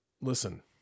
listen